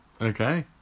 okay